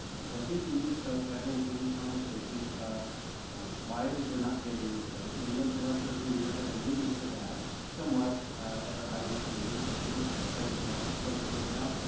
and so i think we need to start having candid conversations about why it is we're not getting these bids, and i know director grenier has alluded to that somewhat at our ins meetings, i get it's a competitive marketplace right now.